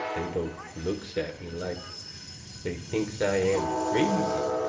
they both looks at me like they thinks i am crazy.